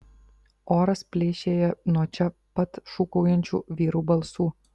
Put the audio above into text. oras pleišėja nuo čia pat šūkaujančių vyrų balsų